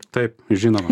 taip žinoma